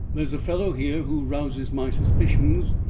there's a fellow here who rouses my suspicions.